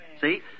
See